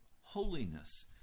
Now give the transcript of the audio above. holiness